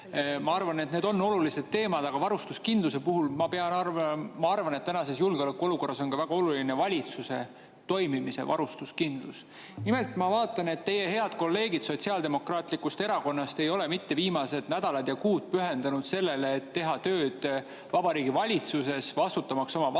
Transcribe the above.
Ma arvan, et need on olulised teemad, aga varustuskindluse puhul ma arvan ka seda, et tänases julgeolekuolukorras on väga oluline valitsuse toimimise varustuskindlus. Nimelt, ma vaatan, et teie head kolleegid Sotsiaaldemokraatlikust Erakonnast ei ole viimased nädalad ja kuud pühendunud mitte sellele, et teha tööd Vabariigi Valitsuses, vastutamaks oma valdkonna